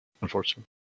unfortunately